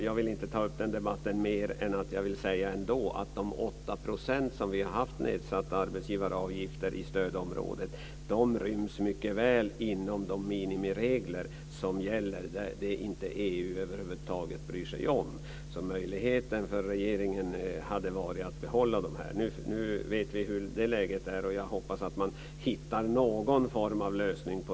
Jag vill inte ta upp denna debatt mer än att jag ändå vill säga att de 8 % i nedsatta arbetsgivaravgifter som vi har haft i stödområdet mycket väl ryms inom minimireglerna gällande det som EU över huvud taget inte bryr sig om. En möjlighet för regeringen hade varit att behålla detta. Nu vet vi hur läget är. Jag hoppas att man hittar någon form av lösning.